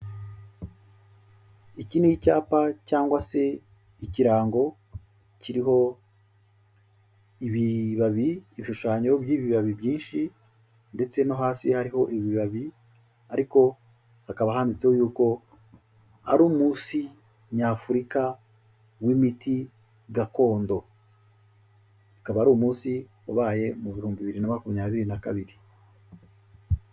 Iki ni icyapa cyangwa se ikirango kiriho ibibabi, ibishushanyo by'ibibabi byinshi ndetse no hasi hariho ibibabi ariko hakaba handitse yuko ari umunsi nyafurika w'imiti gakondo, akaba ari umunsi wabaye mu bihumbi bibiri na makumyabiri na kabiri.